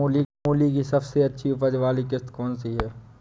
मूली की सबसे अच्छी उपज वाली किश्त कौन सी है?